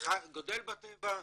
גדל בטבע,